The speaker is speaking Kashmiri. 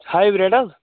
ہایبِرٛڈ حظ